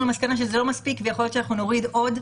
למסקנה שזה לא מספיק ויכול שאנחנו נוריד עוד,